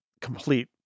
complete